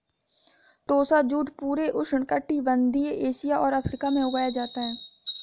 टोसा jute पूरे उष्णकटिबंधीय Asia और अफ्रीका में उगाया जाता है